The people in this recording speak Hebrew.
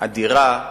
אדירה.